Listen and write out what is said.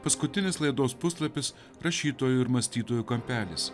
paskutinis laidos puslapis rašytojų ir mąstytojų kampelis